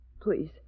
Please